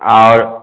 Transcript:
और